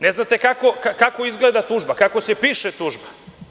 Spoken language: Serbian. Ne znate kako izgleda tužba, kako se piše tužba.